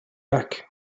back